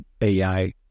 AI